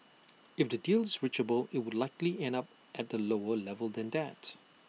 if A deal is reachable IT would likely end up at A lower level than that